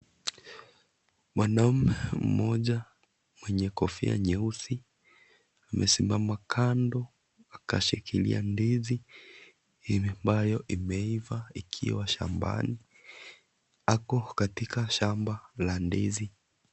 Mwanaume mmoja, mwenye kofia nyeusi. Amesimama kando na akashikilia ndizi, ambayo imeiva ikiwa shambani. Ako katika shamba la ndizi.